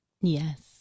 Yes